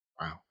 Wow